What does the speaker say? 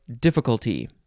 difficulty